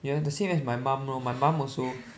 you are the same as my mum lor my mum also